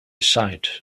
sight